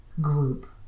group